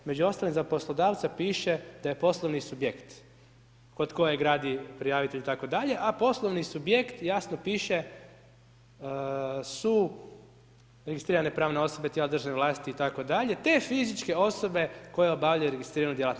Među ostalim, za poslodavca piše da je poslovni subjekt kod kojeg radi prijavitelj itd., a poslovni subjekt, jasno piše, su registrirane pravne osobe, tijela državne vlasti itd., te fizičke osobe koje obavljaju registriranu djelatnost.